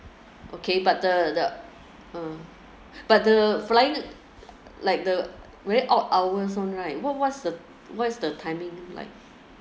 okay but the the mm but the flying like the where eight hours one right what what's the what's the timing like